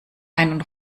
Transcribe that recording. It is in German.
einen